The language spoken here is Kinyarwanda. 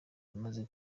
yamaze